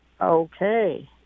Okay